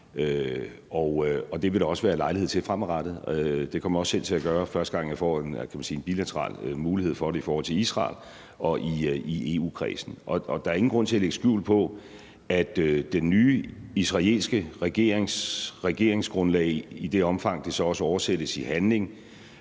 det vil der også være lejlighed til fremadrettet. Det kommer jeg også selv til at gøre, første gang jeg får en bilateral mulighed for det i forhold til Israel og i EU-kredsen. Der er ingen grund til at lægge skjul på, at den nye israelske regerings regeringsgrundlag i det omfang, det så også oversættes i handling